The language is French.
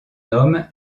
nomment